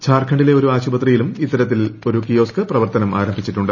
ഝാർഖണ്ഡിലെ ഒരു ആശുപത്രിയിലും ഇത്തുരത്തിൽ ഒരു കിയോസ്ക് പ്രവർത്തനമാരംഭിച്ചിട്ടുണ്ട്